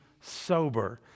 sober